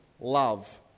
love